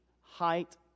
height